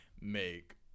make